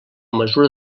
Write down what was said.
mesura